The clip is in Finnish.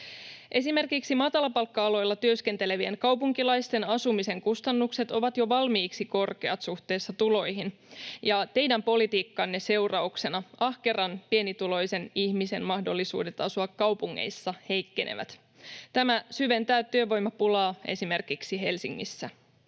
Esimerkiksi matalapalkka-aloilla työskentelevien kaupunkilaisten asumisen kustannukset ovat jo valmiiksi korkeat suhteessa tuloihin, ja teidän politiikkanne seurauksena ahkeran pienituloisen ihmisen mahdollisuudet asua kaupungeissa heikkenevät. Tämä syventää työvoimapulaa esimerkiksi Helsingissä.